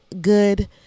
good